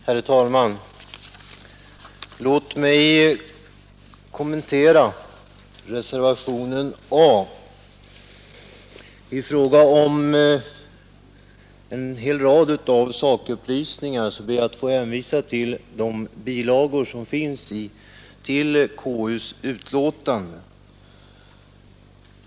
Herr talman! Låt mig kommentera reservationen A. I fråga om sakupplysningar ber jag få hänvisa till de bilagor som finns fogade till KU:s betänkande.